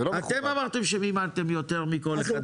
אתם אמרתם שמימנתם יותר מכל אחד.